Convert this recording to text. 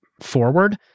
forward